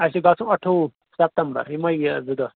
اَسہِ چھُ گژھُن اَٹھووُہ ستمبر یِمے یہِ زٕ دۄہ